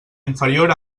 inferior